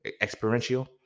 experiential